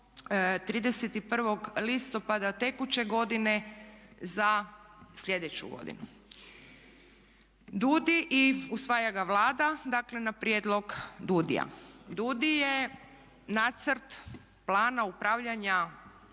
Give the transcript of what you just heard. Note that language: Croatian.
31. listopada tekuće godine za sljedeću godinu. DUDI i usvaja ga Vlada, dakle na prijedlog DUDI-a. DUDI je nacrt plana upravljanja